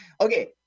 okay